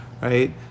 right